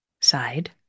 side